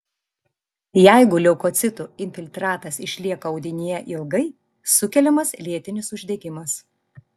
jeigu leukocitų infiltratas išlieka audinyje ilgai sukeliamas lėtinis uždegimas